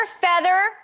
feather